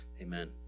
amen